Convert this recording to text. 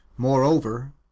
Moreover